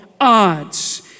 odds